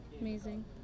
amazing